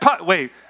Wait